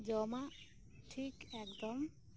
ᱡᱚᱢᱟᱜ ᱴᱷᱤᱠ ᱮᱠᱫᱚᱢ